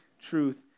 truth